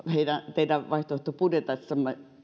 teidän vaihtoehtobudjetissanne